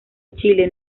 chile